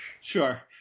sure